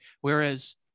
whereas